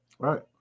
Right